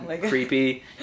creepy